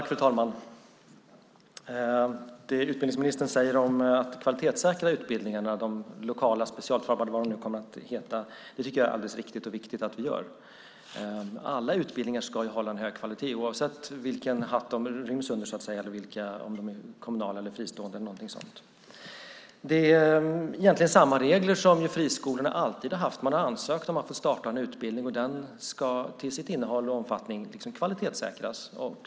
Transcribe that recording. Fru talman! Det utbildningsministern säger om att kvalitetssäkra utbildningarna - de lokala, specialutformade eller vad de nu kommer att kallas - tycker jag är alldeles riktigt och viktigt att vi gör. Alla utbildningar ska ju hålla en hög kvalitet oavsett vilken hatt de ryms under, om de är kommunala eller fristående eller någonting sådant. Det är egentligen samma regler som friskolorna alltid har haft. Man har ansökt om att få starta en utbildning, och den ska till sitt innehåll och omfattning kvalitetssäkras.